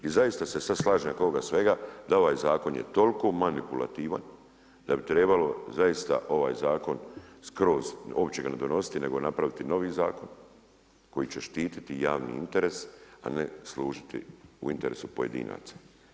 I zasta se sada slažem … svega da ovaj zakon je toliko manipulativan da bi trebalo zaista ovaj zakon skroz uopće ga ne donositi nego napraviti novi zakon koji će štiti javni interes, a ne služiti u interesu pojedinaca.